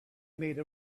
made